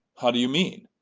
how do you mean?